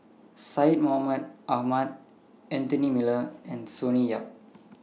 Syed Mohamed Ahmed Anthony Miller and Sonny Yap